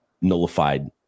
nullified